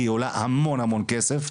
כי היא עולה המון המון כסף.